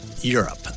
Europe